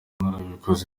narabikoze